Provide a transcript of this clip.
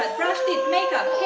brush teeth makeup, hair,